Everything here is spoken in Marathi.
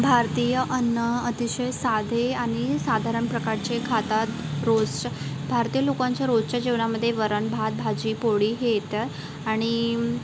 भारतीय अन्न अतिशय साधे आणि साधारण प्रकारचे खातात रोजच्या भारतीय लोकांच्या रोजच्या जेवणामध्ये वरणभात भाजी पोळी हे येतं आणि